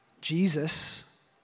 Jesus